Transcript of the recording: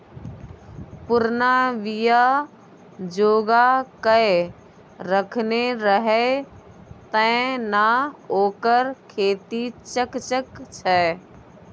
पुरना बीया जोगाकए रखने रहय तें न ओकर खेती चकचक छै